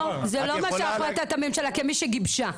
זה לא החלטת הממשלה כמי שגיבשה,